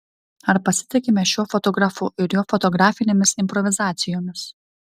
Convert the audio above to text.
ar pasitikime šiuo fotografu ir jo fotografinėmis improvizacijomis